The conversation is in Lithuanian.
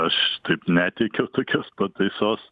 aš neteikiau tokios pataisos